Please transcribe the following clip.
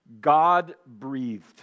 God-breathed